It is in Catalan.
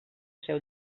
seu